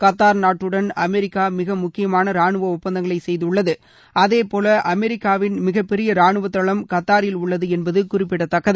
Qatar நாட்டுடன் America மிக முக்கியமான ரானுவ ஒப்பந்தங்களை செய்துள்ளது அதேபோல அமெரிக்காவின் மிகப்பெரிய ராணுவ தளம் கத்தாரில் உள்ளது என்பது குறிப்பிடத்தக்கது